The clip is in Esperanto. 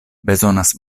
bezonas